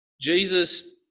Jesus